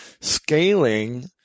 scaling